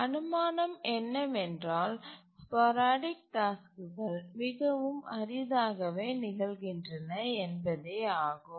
அனுமானம் என்னவென்றால் ஸ்போரடிக் டாஸ்க்குகள் மிகவும் அரிதாகவே நிகழ்கின்றன என்பதே ஆகும்